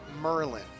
Merlin